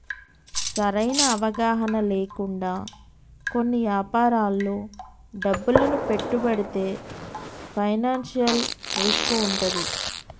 సరైన అవగాహన లేకుండా కొన్ని యాపారాల్లో డబ్బును పెట్టుబడితే ఫైనాన్షియల్ రిస్క్ వుంటది